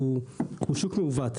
הוא שוק מעוות.